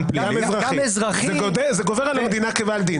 זה גובר על המדינה כבעל דין.